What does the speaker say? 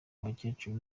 abakecuru